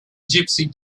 gypsy